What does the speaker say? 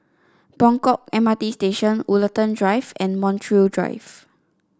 Buangkok M R T Station Woollerton Drive and Montreal Drive